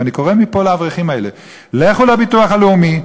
ואני קורא מפה לאברכים האלה: לכו לביטוח הלאומי,